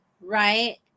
right